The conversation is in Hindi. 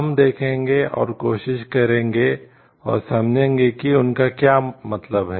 हम देखेंगे और कोशिश करेंगे और समझेंगे कि उनका क्या मतलब है